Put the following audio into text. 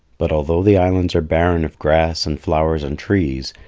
but although the islands are barren of grass and flowers and trees,